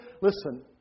listen